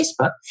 Facebook